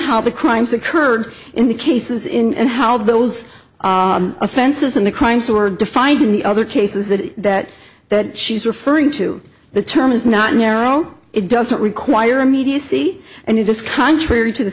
how the crimes occurred in the cases in and how those offenses in the crimes were defined in the other cases that that that she's referring to the term is not narrow it doesn't require immediacy and it is contrary to the